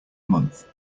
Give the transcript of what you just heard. month